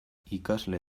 ikasle